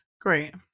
Great